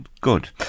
Good